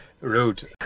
road